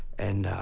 and.